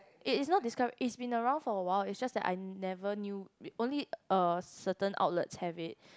it is not disco~ it's been around for a while it's just that I never knew only uh certain outlets have it